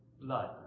blood